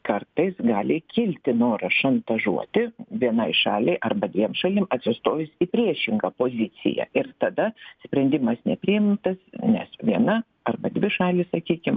kartais gali kilti noras šantažuoti vienai šaliai arba dviem šalim atsistojus į priešingą poziciją ir tada sprendimas nepriimtas nes viena arba dvi šalys sakykim